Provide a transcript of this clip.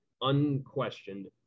unquestioned